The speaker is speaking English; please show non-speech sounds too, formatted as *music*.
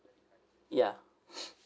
ya *noise*